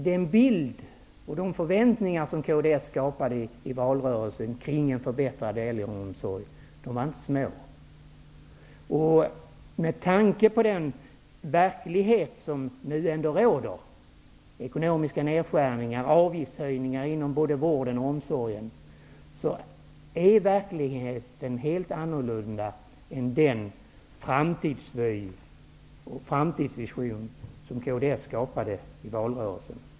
Den bild och de förväntningar som kds skapade i valrörelsen när det gäller kraven på en förbättrad äldreomsorg var inte av litet format, menar jag. Med tanke på hur det ser ut i verkligheten -- det gäller ekonomiska nedskärningar samt avgiftshöjningar inom både vården och omsorgen -- är det nu helt annorlunda jämfört med den framtidsvision som kds skapade i valrörelsen.